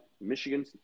Michigan